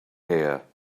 here